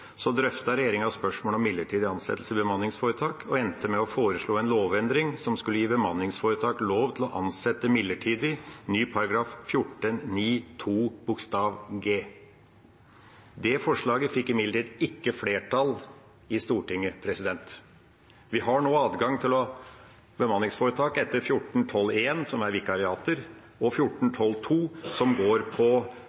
regjeringa spørsmålet om midlertidig ansettelse i bemanningsforetak og endte med å foreslå en lovendring som skulle gi bemanningsforetak lov til å ansette midlertidig, en ny § 14-9 andre ledd bokstav g. Det forslaget fikk imidlertid ikke flertall i Stortinget. Vi har nå adgang til bemanningsforetak etter § 14-12 første ledd, som er vikariater, og